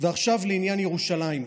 ועכשיו לעניין ירושלים.